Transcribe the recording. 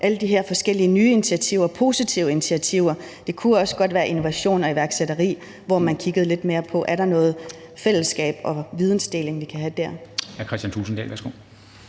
alle de her forskellige nye positive initiativer. Det kunne også godt være, at man i forhold til innovation og iværksætteri kiggede lidt mere på, om der var noget fællesskab og vidensdeling, vi kunne have der.